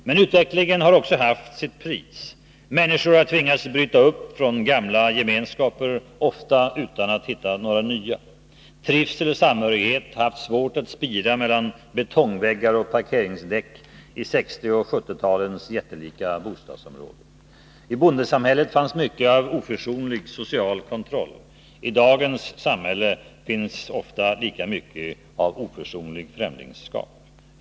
Men utvecklingen har också haft sitt pris. Människor har tvingats bryta upp från gamla gemenskaper, ofta utan att hitta några nya. Trivsel och samhörighet har haft svårt att spira mellan betongväggar och parkeringsdäck i 1960 och 1970-talens jättelika bostadsområden. I bondesamhället fanns mycket av oförsonlig social kontroll, i dagens samhälle finns ofta lika mycket av oförsonligt främlingskap.